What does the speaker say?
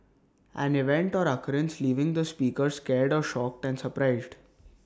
an event or occurrence leaving the speaker scared or shocked and surprised